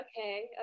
Okay